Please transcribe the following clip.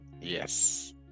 yes